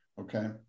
okay